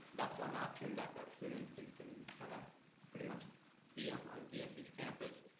that's an option that that students can can kinda pretty much be on and dse's campus.